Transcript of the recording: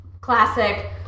Classic